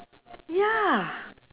ya